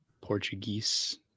Portuguese